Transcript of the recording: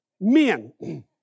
Men